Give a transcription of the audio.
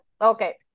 okay